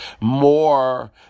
more